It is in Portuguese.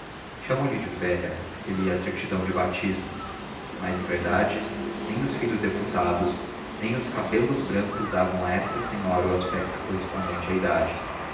natividade chamo-lhe velha porque li a certidão de batismo mas em verdade nem os filhos deputados nem os cabelos brancos davam a esta senhora o aspecto correspondente à idade